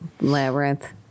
labyrinth